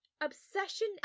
Obsession